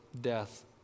death